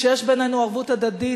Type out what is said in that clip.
שיש בינינו ערבות הדדית,